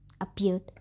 appeared